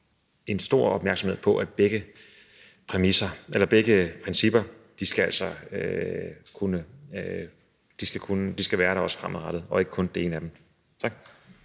en stor opmærksomhed på, at begge principper også skal være der fremadrettet, og ikke kun det ene af dem. Tak.